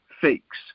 fakes